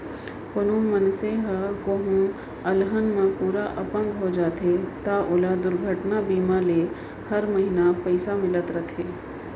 कोनों मनसे ह कोहूँ अलहन म पूरा अपंग हो जाथे त ओला दुरघटना बीमा ले हर महिना पइसा मिलत रथे